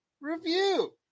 review